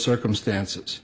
circumstances